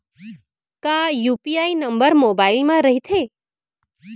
का UPI number mobile म रहिथे?